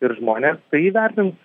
ir žmonės tai įvertins